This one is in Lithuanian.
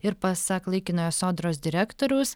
ir pasak laikinojo sodros direktoriaus